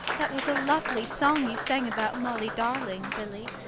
that was a lovely song you sang about molly darling billy,